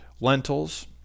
lentils